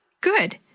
Good